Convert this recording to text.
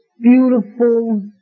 beautiful